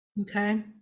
Okay